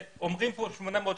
כשאומרים פה 800 שקלים,